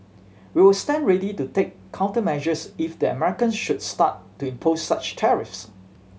we'll stand ready to take countermeasures if the Americans should start to impose such tariffs